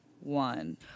one